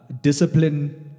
Discipline